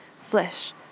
flesh